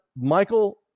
Michael